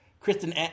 Kristen